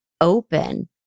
open